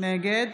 נגד